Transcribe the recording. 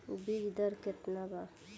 बीज दर केतना वा?